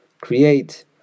create